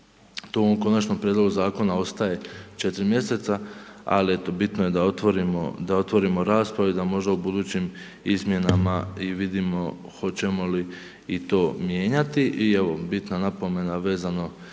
ovom konačnom prijedlogu zakona ostaj 4 mjeseca, ali eto bitno je da otvorimo raspravu i da možda u budućim izmjenama i vidimo hoćemo li i to mijenjati. I evo, bitna napomena vezano